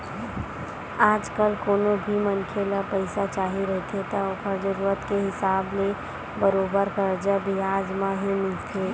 आजकल कोनो भी मनखे ल पइसा चाही रहिथे त ओखर जरुरत के हिसाब ले बरोबर करजा बियाज म ही मिलथे